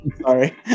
Sorry